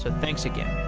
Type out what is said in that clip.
thanks again